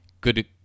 good